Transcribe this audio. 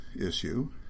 issue